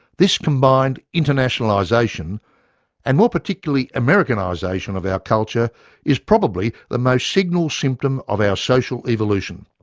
this combined internationalisation and more particularly americanisation of our culture is probably the most signal symptom of our social evolution